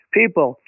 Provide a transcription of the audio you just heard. people